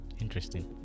interesting